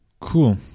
Cool